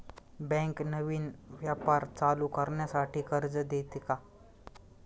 Bank नवीन व्यापार चालू करण्यासाठी कर्ज देते का?